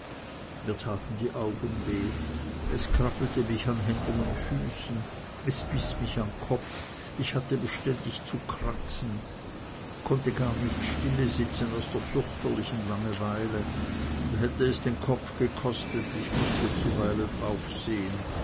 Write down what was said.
taten die augen weh es krabbelte mich in händen und füßen es biß mich am kopf ich hatte beständig zu kratzen konnte gar nicht stille sitzen aus der fürchterlichsten langeweile hätte es den kopf gekostet ich mußte zuweilen aufsehen